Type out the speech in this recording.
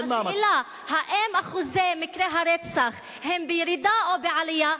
השאלה: האם אחוז מקרי הרצח הוא בירידה או בעלייה?